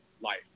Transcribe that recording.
life